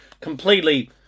completely